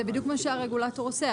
זה בדיוק מה שהרגולטור עושה.